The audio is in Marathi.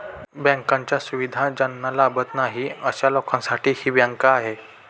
बँकांच्या सुविधा ज्यांना लाभत नाही अशा लोकांसाठी ही बँक आहे